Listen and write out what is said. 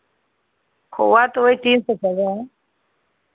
खोवा तो वही तीन सौ चल रहा है